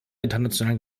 internationalen